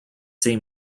see